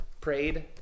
prayed